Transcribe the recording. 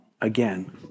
again